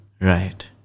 Right